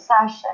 session